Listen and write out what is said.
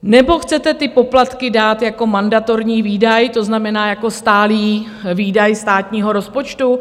Nebo chcete ty poplatky dát jako mandatorní výdaj, to znamená jako stálý výdaj státního rozpočtu?